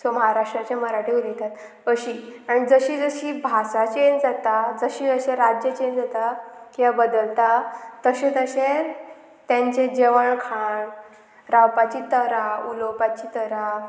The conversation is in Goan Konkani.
सो महाराष्ट्राचे मराठी उलयतात अशी आनी जशी जशी भास चेंज जाता जशी जशे राज्य चेंज जाता हे बदलता तशें तशें तेंचे जेवण खाण रावपाची तरा उलोवपाची तरा